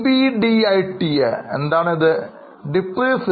EBDITA പൂർണ്ണരൂപം എന്താണ്